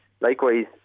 likewise